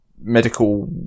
medical